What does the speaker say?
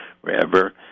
wherever